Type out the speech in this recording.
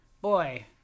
boy